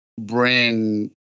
bring